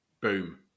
boom